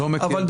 אבל,